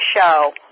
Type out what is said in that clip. show